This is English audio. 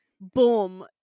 boom